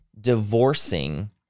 divorcing